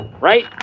right